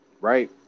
right